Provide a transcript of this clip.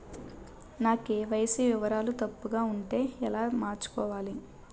నా కే.వై.సీ వివరాలు తప్పుగా ఉంటే ఎలా మార్చుకోవాలి?